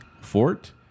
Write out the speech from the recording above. fort